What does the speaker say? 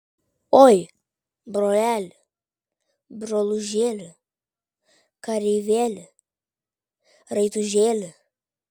oi broleli brolužėli kareivėli raitužėli